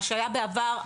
מה שהיה בעבר,